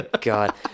God